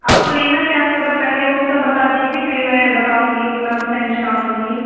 आपको लेना क्या सब है पहले वो सब बता दीजिए फिर मैं बताऊँगी कितना परसेंट डिश्काउंट दूँगी